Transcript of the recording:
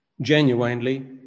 genuinely